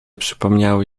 przypomniały